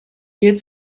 hielt